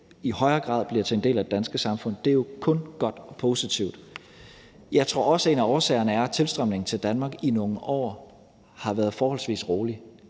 i højere grad bliver til en del af det danske samfund. Det er jo kun godt og positivt. Jeg tror også, at en af årsagerne er, at tilstrømningen til Danmark i nogle år har været forholdsvis rolig.